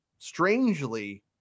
Strangely